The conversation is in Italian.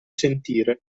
sentire